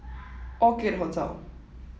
orchid Hotel